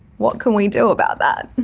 what can we do about that?